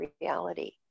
reality